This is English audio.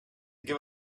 give